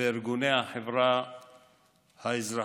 וארגוני החברה האזרחית.